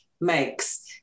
makes